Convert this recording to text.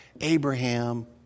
Abraham